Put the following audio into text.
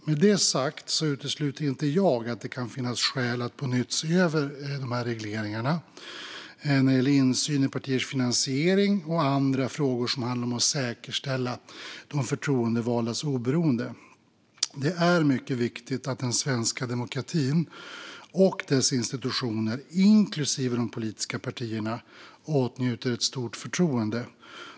Med det sagt utesluter jag inte att det kan finnas skäl att på nytt se över de här regleringarna om insyn i partiers finansiering och andra frågor som handlar om att säkerställa de förtroendevaldas oberoende. Det är mycket viktigt att den svenska demokratin och dess institutioner, inklusive de politiska partierna, åtnjuter ett stort förtroende.